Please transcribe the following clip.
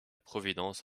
providence